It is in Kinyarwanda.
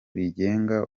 rigenga